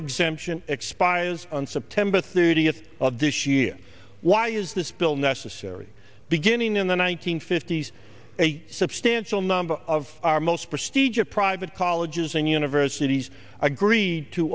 exemption expires on september thirtieth of this year why is this bill necessary beginning in the one nine hundred fifty s a substantial number of our most prestigious private colleges and universities agreed to